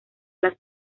las